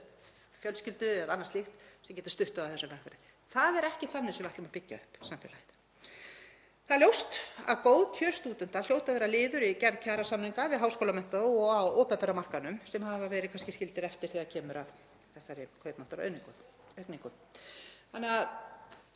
fjölskyldu eða annað slíkt sem getur stutt við það á þessari vegferð. Það er ekki þannig sem við ætlum að byggja upp samfélagið. Það er ljóst að góð kjör stúdenta hljóta að vera liður í gerð kjarasamninga við háskólamenntaða og á opinbera markaðnum sem hafa kannski verið skildir eftir þegar kemur að kaupmáttaraukningu. Við